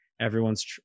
everyone's